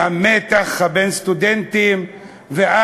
והמתח שבין הסטודנטים אז,